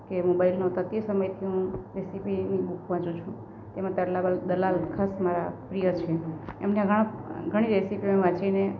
કે મોબાઈલ નોતા તે સમયથી હું રેસેપીની બુક વાંચું છું તેમાં તરલા દલાલ ખાસ મારા પ્રિય છે એમણે ઘણા ઘણી રેસીપી મેં વાંચીને